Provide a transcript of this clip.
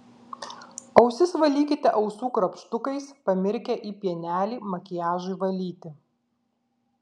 ausis valykite ausų krapštukais pamirkę į pienelį makiažui valyti